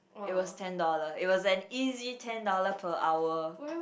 it was ten dollar it was an easy ten dollar per hour